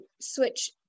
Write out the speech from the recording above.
switch